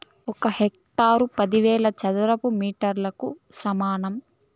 ఒక హెక్టారు పదివేల చదరపు మీటర్లకు సమానం